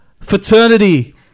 fraternity